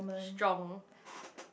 strong